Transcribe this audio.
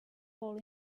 fall